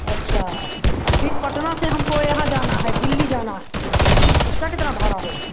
अच्छा और फिर पटना से हमको यहाँ जाना है दिल्ली जाना है उसका कितना भाड़ा होगा